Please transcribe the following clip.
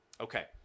Okay